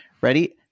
Ready